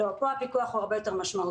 לא, פה הפיקוח הוא הרבה יותר משמעותי.